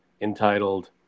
entitled